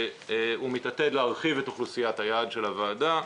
מתעתד להרחיב את אוכלוסיית היעד של הוועדה,